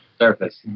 Surface